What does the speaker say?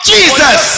Jesus